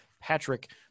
Patrick